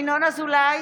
ינון אזולאי,